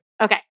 Okay